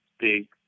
big